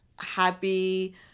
happy